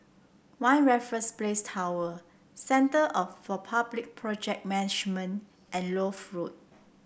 One Raffles Place Tower Centre for Public Project Management and Lloyd Road